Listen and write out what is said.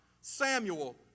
Samuel